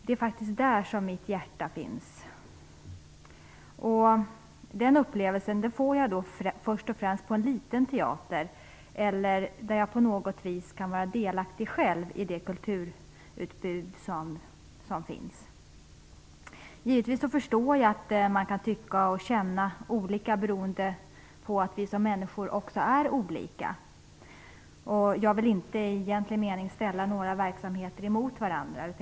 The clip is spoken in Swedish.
En sådan upplevelse får jag först och främst på en liten teater eller där jag på något vis själv kan vara delaktig i kulturutbudet. Jag förstår givetvis att man kan tycka och känna olika beroende på att vi är olika som människor. Jag vill inte i egentlig mening ställa några verksamheter emot varandra.